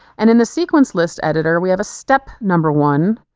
and in the sequence list editor we have a step number one,